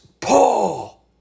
Paul